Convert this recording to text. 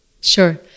Sure